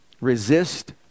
Resist